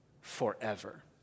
forever